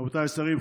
רבותיי השרים,